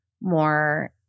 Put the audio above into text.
more